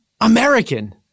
American